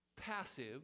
passive